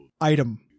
Item